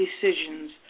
decisions